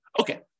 Okay